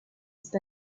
ist